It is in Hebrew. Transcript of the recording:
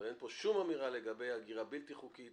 אבל אין פה שום אמירה לגבי הגירה בלתי חוקית